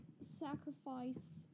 sacrifice